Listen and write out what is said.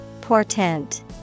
Portent